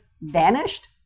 vanished